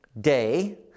day